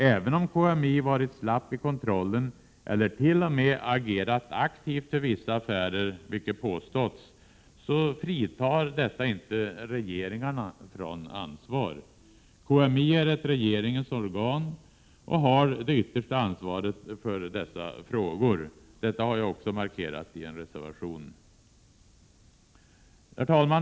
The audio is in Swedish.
Även om KMI varit slapp i kontrollen eller t.o.m. agerat aktivt för vissa affärer, vilket påståtts, fritar detta inte regeringarna från ansvar. KMI är ett regeringens organ, och det yttersta ansvaret för dessa frågor faller på regeringen. Detta har jag också markerat i en reservation. Herr talman!